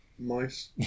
Mice